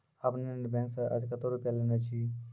आपने ने बैंक से आजे कतो रुपिया लेने छियि?